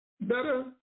better